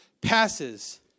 passes